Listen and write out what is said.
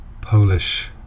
Polish